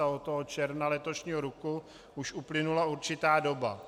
Od toho června letošního roku už uplynula určitá doba.